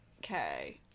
Okay